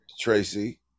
Tracy